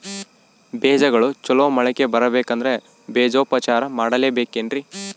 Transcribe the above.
ಬೇಜಗಳು ಚಲೋ ಮೊಳಕೆ ಬರಬೇಕಂದ್ರೆ ಬೇಜೋಪಚಾರ ಮಾಡಲೆಬೇಕೆನ್ರಿ?